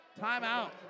Timeout